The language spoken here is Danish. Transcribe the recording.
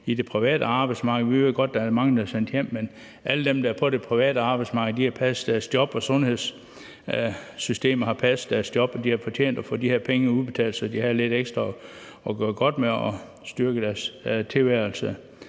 på det private arbejdsmarked. Vi ved godt, at der er mange, der har været sendt hjem, men alle dem, der er på det private arbejdsmarked, har passet deres job; folk i sundhedssystemet har passet deres job, og de har fortjent at få de her penge udbetalt, så de har lidt ekstra at gøre godt med, og så de får styrket deres tilværelse